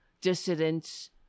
dissidents